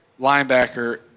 linebacker